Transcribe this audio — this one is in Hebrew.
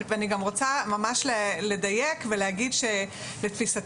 ואני גם רוצה ממש לדייק ולהגיד שלתפיסתי,